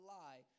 lie